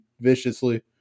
viciously